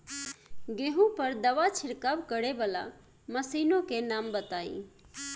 गेहूँ पर दवा छिड़काव करेवाला मशीनों के नाम बताई?